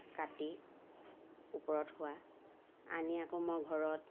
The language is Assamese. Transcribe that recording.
কাটি ওপৰত হোৱা আনি আকৌ মই ঘৰত